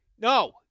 No